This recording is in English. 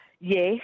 Yes